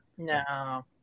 No